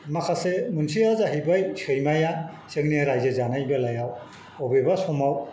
माखासे मोनसेया जाहैबाय सैमाया जोंनि रायजो जानाय बेलायाव बबेबा समाव